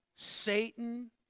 Satan